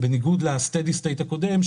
בניגוד ל-steady state הקודם,